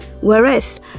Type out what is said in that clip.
whereas